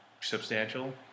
substantial